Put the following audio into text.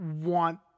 want